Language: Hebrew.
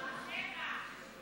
שבע שנים.